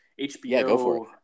HBO